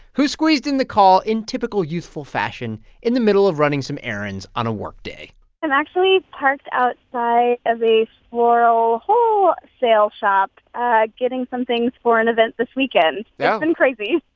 who squeezed in the call in typical youthful fashion, in the middle of running some errands on a workday i'm actually parked outside of a floral wholesale shop ah getting some things for an event this weekend yeah? it's been crazy